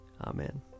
Amen